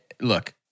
Look